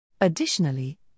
Additionally